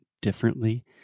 differently